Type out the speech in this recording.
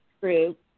group